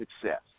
success